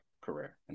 career